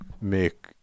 make